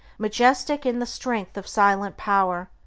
majestic in the strength of silent power,